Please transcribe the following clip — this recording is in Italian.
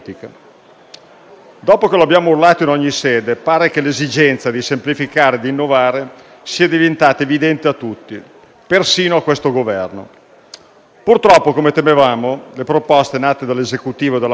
Dopo che lo abbiamo urlato in ogni sede, pare che l'esigenza di semplificare e di innovare sia diventata evidente a tutti, persino a questo Governo. Purtroppo, come temevamo, le proposte nate dall'Esecutivo e dalla maggioranza